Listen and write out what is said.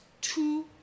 two